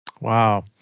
Wow